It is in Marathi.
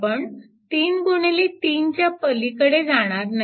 आपण 3 गुणिले 3 च्या पलीकडे जाणार नाही